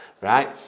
right